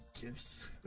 gifts